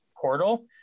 portal